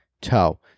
toe